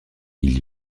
ils